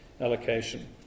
allocation